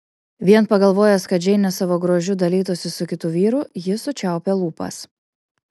vien pagalvojęs kad džeinė savo grožiu dalytųsi su kitu vyru jis sučiaupė lūpas